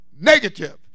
negative